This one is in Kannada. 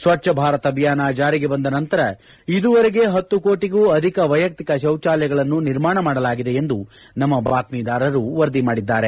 ಸ್ವಜ್ಜಭಾರತ್ ಅಭಿಯಾನ ಜಾರಿಗೆ ಬಂದ ನಂತರ ಇದುವರೆಗೆ ಹತ್ತು ಕೋಟಿಗೂ ಅಧಿಕ ವೈಯಕ್ತಿಕ ಶೌಚಾಲಯಗಳನ್ನು ನಿರ್ಮಾಣ ಮಾಡಲಾಗಿದೆ ಎಂದು ನಮ್ನ ಬಾತ್ತೀದಾರರು ವರದಿ ಮಾಡಿದ್ದಾರೆ